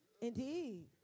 Indeed